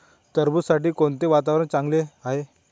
टरबूजासाठी कोणते वातावरण चांगले आहे?